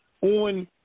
on